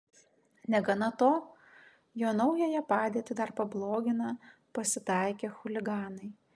negana to jo naująją padėtį dar pablogina pasitaikę chuliganai